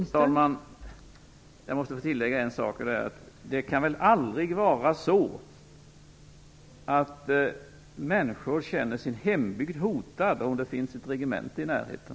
Fru talman! Jag måste få tillägga en sak. Det kan väl aldrig vara så att människor känner sin hembygd hotad om det finns ett regemente i närheten?